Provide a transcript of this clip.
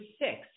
six